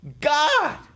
God